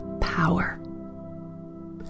power